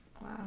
Wow